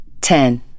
Ten